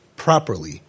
properly